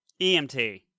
EMT